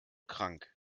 krank